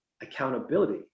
accountability